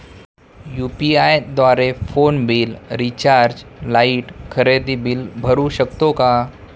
UPI द्वारे phone bill, recharge, light, खरेदी bill भरू शकतो का?